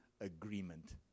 agreement